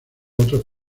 otros